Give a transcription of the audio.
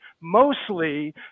mostly